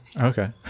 Okay